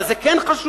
אבל זה כן חשוב.